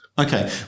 Okay